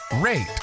rate